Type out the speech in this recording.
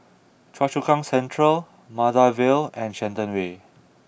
Choa Chu Kang Central Maida Vale and Shenton Way